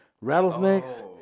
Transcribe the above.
rattlesnakes